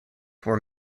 were